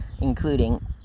including